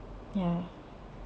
ya